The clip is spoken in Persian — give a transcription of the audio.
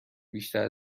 بیشتر